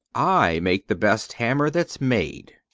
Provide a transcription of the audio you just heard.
i make the best hammer that's made.